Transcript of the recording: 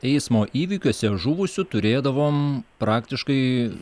eismo įvykiuose žuvusių turėdavom praktiškai